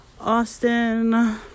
austin